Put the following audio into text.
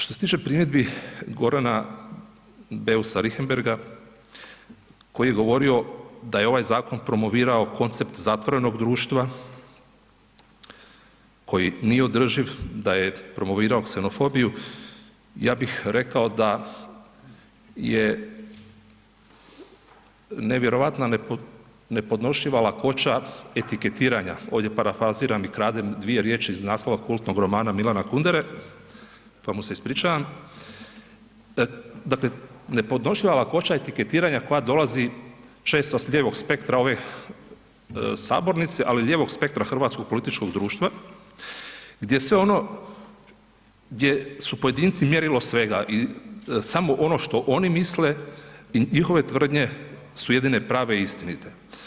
Što se tiče primjedbi Gorana Beusa Richembergha koji je govorio da je ovaj zakon promovirao koncept zatvorenoga društva, koji nije održiv, da je promovirao ksenofobiju, ja bih rekao da je nevjerojatna nepodnošljiva lakoća etiketiranja, ovdje parafraziram i kradem iz znanstveno kultnog romana Milana Kundere, pa mu se ispričavam, dakle nepodnošljiva lakoća etiketiranja koja dolazi često s lijevog spektra ove sabornice, ali i lijevog spektra hrvatskog političkog društva, gdje sve ono gdje su pojedinci mjerilo svega i samo ono što oni misle i njihove tvrdnje su jedine prave i istinite.